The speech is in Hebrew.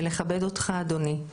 ולכבד אותך אדוני.